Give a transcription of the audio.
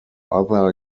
other